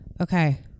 Okay